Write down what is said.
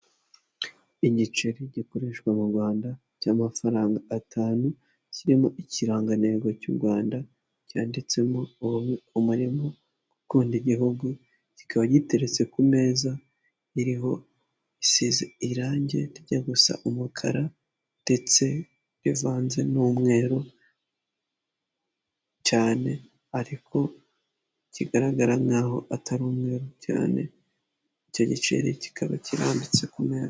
Igiceri gikoreshwa mu Rwanda cy'amafaranga atanu kirimo ikirangantego cy'u Rwanda cyanditsemo umurimo gukunda igihugu, kikaba giteretse ku meza iriho isize irange rijya gusa umukara ndetse rivanze n'umweru cyane ariko kigaragara nk'aho atari umweru cyane icyo giceri kikaba kirambitse ku meza.